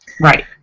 Right